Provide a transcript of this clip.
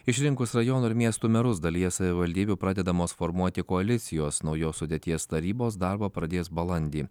išrinkus rajonų ir miestų merus dalyje savivaldybių pradedamos formuoti koalicijos naujos sudėties tarybos darbą pradės balandį